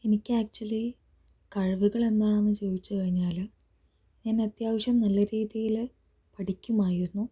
എനിക്ക് ആക്ച്വലി കഴിവുകൾ എന്താണെന്ന് ചോദിച്ച് കഴിഞ്ഞാൽ ഞാൻ അത്യാവശ്യം നല്ല രീതിയിൽ പഠിക്കുമായിരുന്നു